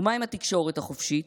ומה עם התקשורת החופשית,